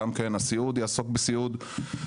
הסיעוד יעסוק בסיעוד,